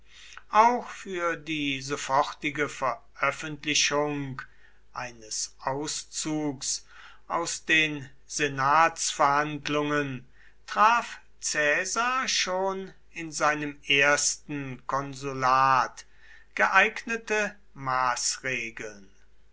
auch für die sofortige veröffentlichung eines auszugs aus den senatsverhandlungen traf caesar schon in seinem ersten konsulat geeignete maßregeln